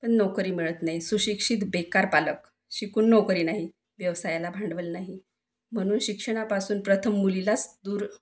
पण नोकरी मिळत नाही सुशिक्षित बेकार पालक शिकून नोकरी नाही व्यवसायाला भांडवल नाही म्हणून शिक्षणापासून प्रथम मुलीलाच दूर